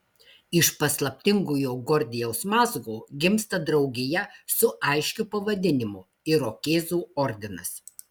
iš paslaptingojo gordijaus mazgo gimsta draugija su aiškiu pavadinimu irokėzų ordinas